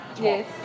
Yes